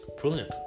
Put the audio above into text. Brilliant